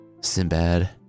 Sinbad